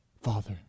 Father